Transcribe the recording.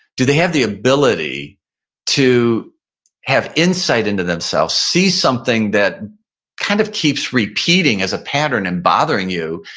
do they have the ability to have insight into themselves, see something that kind of keeps repeating as a pattern and bothering you?